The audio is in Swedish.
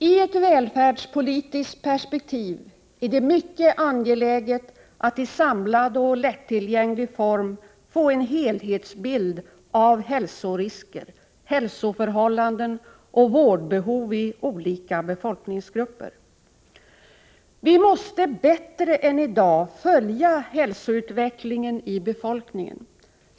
I ett välfärdspolitiskt perspektiv är det mycket angeläget att man i samlad och lättillgänglig form får en helhetsbild av hälsorisker, hälsoförhållanden och vårdbehov inom olika befolkningsgrupper. Vi måste bättre än i dag följa hälsoutvecklingen hos befolkningen.